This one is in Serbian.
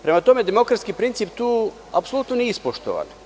Prema tome, demokratski princip tu apsolutno nije ispoštovan.